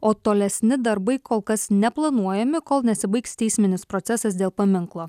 o tolesni darbai kol kas neplanuojami kol nesibaigs teisminis procesas dėl paminklo